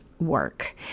work